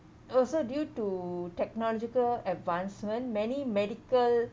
also due to technological advancement many medical